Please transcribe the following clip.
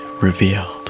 revealed